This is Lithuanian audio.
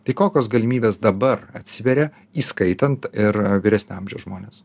tai kokios galimybes dabar atsiveria įskaitant ir vyresnio amžiaus žmones